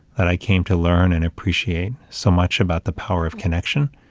that i came to learn and appreciate so much about the power of connection.